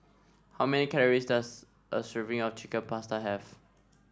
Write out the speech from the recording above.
how many calories does a serving of Chicken Pasta have